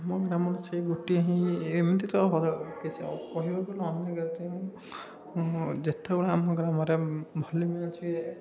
ଆମ ଗ୍ରାମରେ ସେଇ ଗୋଟିଏ ହି ଏମ୍ କି କହୁବାକୁ ନହେଲେ ଯେତେବେଳେ ଆମ ଗ୍ରାମରେ ଭଲ୍ଲିବଲ୍ ଅଛି